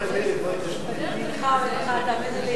(הגדלת ההיצע של דירת מגורים, הוראת שעה),